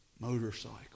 motorcycle